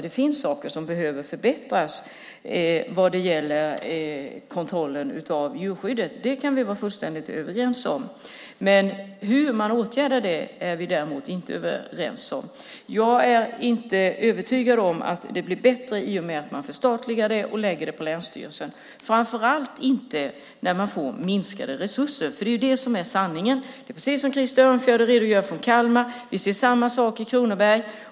Det finns saker som behöver förbättras vad det gäller kontrollen av djurskyddet. Det kan vi vara fullständigt överens om. Hur man åtgärdar det är vi däremot inte överens om. Jag är inte övertygad om att det blir bättre i och med att man förstatligar det och lägger det på länsstyrelsen, framför allt inte när det blir minskade resurser, för det är det som är sanningen. Det är precis så som Krister Örnfjäder redogör för när det gäller Kalmar. Vi ser samma sak i Kronoberg.